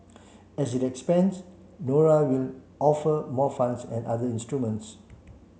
as it expands Nora will offer more funds and other instruments